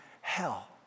hell